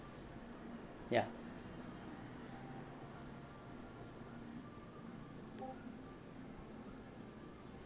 ya